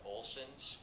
Olsons